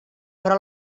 però